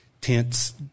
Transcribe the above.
tents